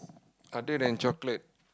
other than chocolate